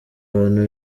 abantu